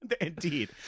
Indeed